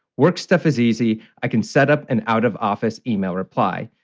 work stuff is easy. i can setup an out of office email reply,